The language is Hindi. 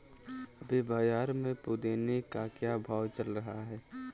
अभी बाज़ार में पुदीने का क्या भाव चल रहा है